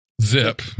Zip